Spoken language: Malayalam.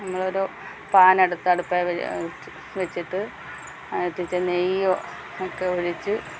നമ്മളൊരു പാനെടുത്ത് അടുപ്പിൽ വെച്ച് വെച്ചിട്ട് അതിനാത്തിച്ചിരി നെയ്യ് ഒക്കെ ഒഴിച്ച്